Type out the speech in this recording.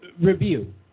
review